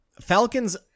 Falcons